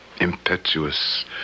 impetuous